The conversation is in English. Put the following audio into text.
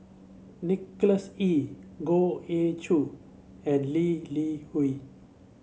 Nicholas Ee Goh Ee Choo and Lee Li Hui